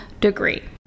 degree